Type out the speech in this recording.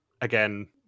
Again